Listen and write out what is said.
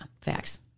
facts